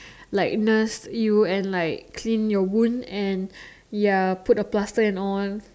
like nurse you and like clean your wound and ya put a plaster and all